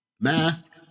Mask